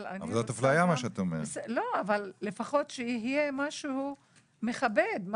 אבל לפחות שיהיה משהו מכבד,